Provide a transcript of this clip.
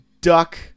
duck